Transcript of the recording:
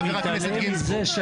חבר הכנסת גינזבורג.